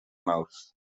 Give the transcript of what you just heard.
mawrth